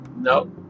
Nope